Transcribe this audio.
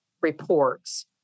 reports